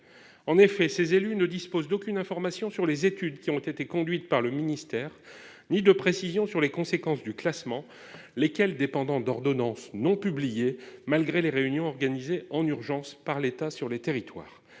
en effet, ces élus ne dispose d'aucune information sur les études qui ont été conduites par le ministère ni de précisions sur les conséquences du classement, lesquels dépendant d'ordonnances non publiés, malgré les réunions organisées en urgence par l'État sur les territoires,